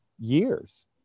years